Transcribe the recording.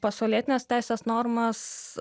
pasaulietinės teisės normas